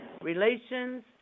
relations